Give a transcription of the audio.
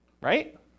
right